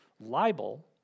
Libel